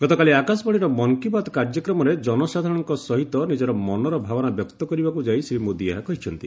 ଗତକାଲି ଆକାଶବାଣୀର ମନ୍ କି ବାତ କାର୍ଯ୍ୟକ୍ରମରେ ଜନସାଧାରଣଙ୍କ ସହିତ ନିଜର ମନର ଭାବନା ବ୍ୟକ୍ତ କରିବାକୁ ଯାଇ ଶ୍ରୀ ମୋଦୀ ଏହା କହିଛନ୍ତି